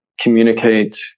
communicate